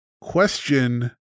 question